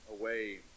away